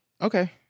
Okay